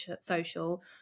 social